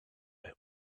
him